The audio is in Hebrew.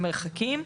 המרחקים,